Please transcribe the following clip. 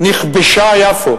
נכבשה יפו.